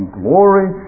glory